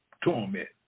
torment